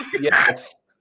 Yes